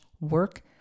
work